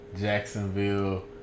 Jacksonville